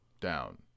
down